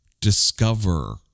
discover